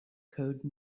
code